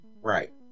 right